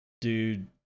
Dude